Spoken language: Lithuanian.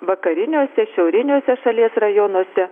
vakariniuose šiauriniuose šalies rajonuose